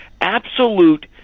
absolute